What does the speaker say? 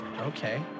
Okay